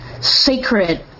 sacred